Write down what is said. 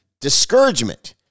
discouragement